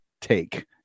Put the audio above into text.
take